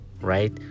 right